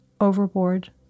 overboard